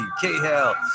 K-Hal